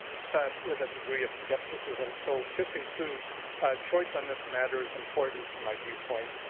but with a degree of skepticism. so to conclude, a choice on this matter is important, from my viewpoint.